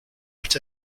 but